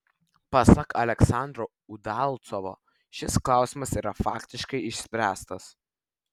pasak aleksandro udalcovo šis klausimas yra faktiškai išspręstas